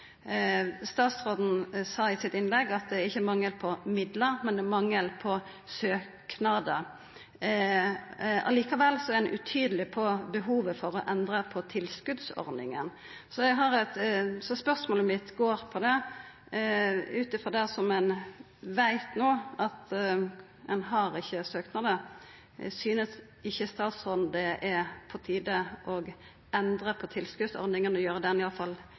Statsråden sa i sitt innlegg at det ikkje er mangel på midlar, men det er mangel på søknadar. Likevel er ein utydeleg når det gjeld behovet for å endra på tilskotsordninga. Så spørsmålet mitt går på det, ut frå det som ein no veit, at ein ikkje har søknadar: Synest ikkje statsråden at det er på tide å endra på tilskotsordninga, iallfall gjera ho betre og